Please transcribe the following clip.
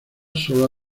sólo